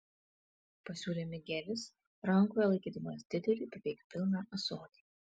pasiūlė migelis rankoje laikydamas didelį beveik pilną ąsotį